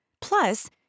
Plus